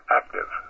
active